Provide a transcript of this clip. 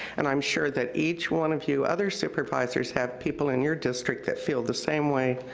and i'm sure that each one of you other supervisors have people in your district that feel the same way,